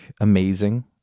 amazing